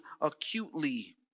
acutely